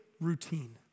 routine